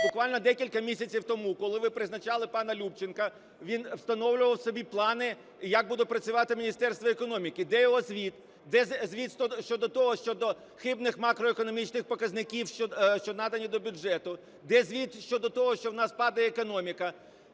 Буквально декілька місяців тому, коли ви призначали пана Любченка, він встановлював собі плани, як буде працювати Міністерство економіки. Де його звіт? Де звіт щодо того, щодо хибних макроекономічних показників, що надані до бюджету? Де звіт щодо того, що в нас падає економіка?